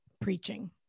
preaching